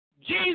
Jesus